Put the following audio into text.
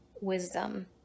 wisdom